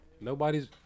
Nobody's